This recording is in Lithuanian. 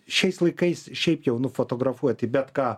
šiais laikais šiaip jau nufotografuoti bet ką